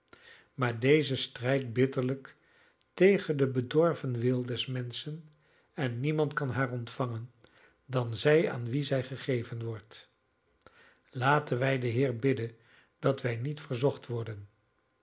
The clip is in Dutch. maar deze strijd bitterlijk tegen den bedorven wil des menschen en niemand kan haar ontvangen dan zij aan wie zij gegeven wordt laten wij den heere bidden dat wij niet verzocht worden